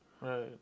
Right